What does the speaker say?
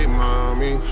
mommy